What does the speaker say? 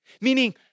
Meaning